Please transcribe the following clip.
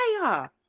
fire